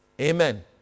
amen